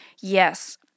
yes